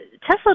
Tesla